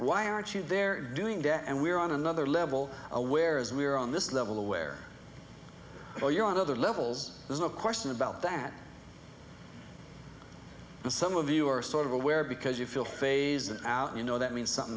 why aren't you they're doing to and we're on another level aware as we are on this level where well you're on other levels there's no question about that and some of you are sort of aware because you feel phasing out you know that means something